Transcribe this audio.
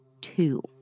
two